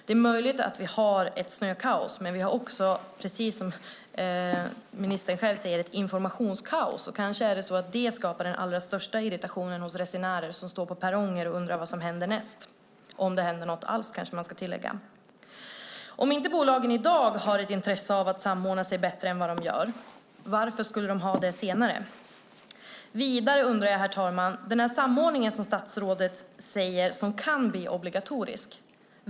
Det är möjligt att vi har ett snökaos, men vi har också - precis som ministern själv säger - ett informationskaos. Kanske är det så att detta skapar den allra största irritationen hos resenärer som står på perronger och undrar vad som händer härnäst - om det händer något alls, kanske man ska tillägga. Om inte bolagen i dag har ett intresse av att samordna sig bättre än vad de gör, varför skulle de ha det senare? Vidare undrar jag, herr talman, över den samordning statsrådet nämner och som kan bli obligatorisk.